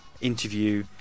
interview